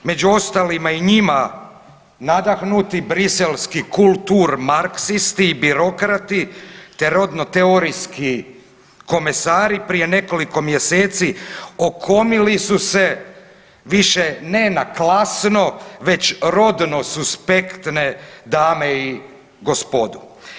Među ostalima i njima nadahnuti briselski kultur marksisti i birokrati te rodno teorijski komesari prije nekoliko mjeseci okomili su se više ne na klasno već rodno suspektne dame i gospodu.